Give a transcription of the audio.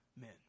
men